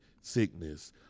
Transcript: sickness